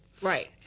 Right